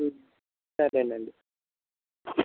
సరేనండి